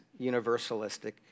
universalistic